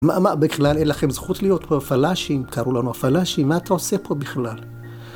מה, מה בכלל, אין לכם זכות להיות פה הפלשים, קראו לנו הפלשים, מה אתה עושה פה בכלל?